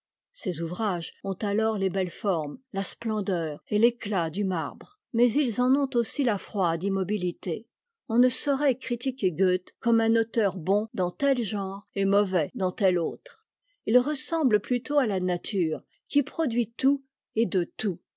ses ouvrages ont alors les belles formes la splendeur et l'éclat du marbre mais ils en ont aussi la froide immobilité on ne saurait critiquer goethe comme un auteur bon dans tel genre et mauvais dans tel autre h ressemble plutôt à la nature qui produit tout et de tout